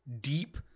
Deep